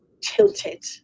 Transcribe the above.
tilted